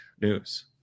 news